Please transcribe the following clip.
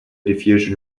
diffusion